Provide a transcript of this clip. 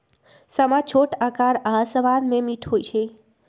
समा छोट अकार आऽ सबाद में मीठ होइ छइ